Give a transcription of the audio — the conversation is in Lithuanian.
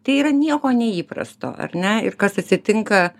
tai yra nieko neįprasto ar ne ir kas atsitinka